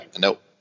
nope